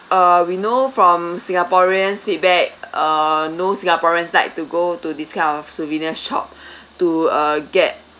uh we know from singaporeans' feedback uh no singaporeans like to go to these kind of souvenir shop to uh get